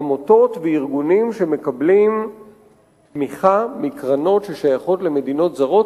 עמותות וארגונים שמקבלים תמיכה מקרנות ששייכות למדינות זרות,